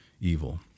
evil